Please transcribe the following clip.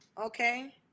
Okay